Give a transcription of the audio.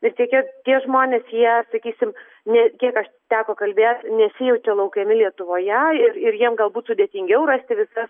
vis tiek jie tie žmonės jie sakysim ne kiek aš teko kalbėt nesijaučia laukiami lietuvoje ir ir jiem galbūt sudėtingiau rasti visas